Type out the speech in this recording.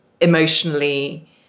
Emotionally